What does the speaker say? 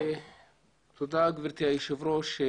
תודה גבירתי היושבת ראש.